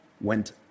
went